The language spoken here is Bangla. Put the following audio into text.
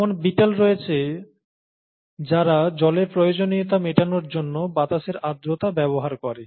এমন বিটল রয়েছে যারা জলের প্রয়োজনীয়তা মেটানোর জন্য বাতাসের আর্দ্রতা ব্যবহার করে